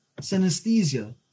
synesthesia